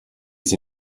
sie